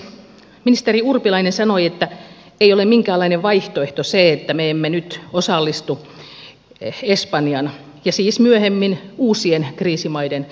ministeri urpilainen sanoi että ei ole minkäänlainen vaihtoehto se että me emme nyt osallistu espanjan ja siis myöhemmin uusien kriisimaiden tukemiseen